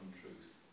truth